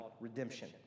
Redemption